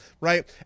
right